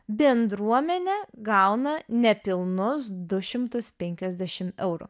bendruomenė gauna nepilnus du šimtus penkiasdešim eurų